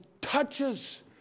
touches